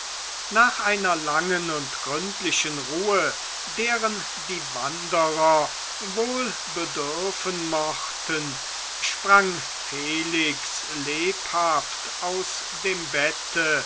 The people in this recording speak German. nach einer langen und gründlichen ruhe deren die wanderer wohl bedürfen mochten sprang felix lebhaft aus dem bette